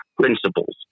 principles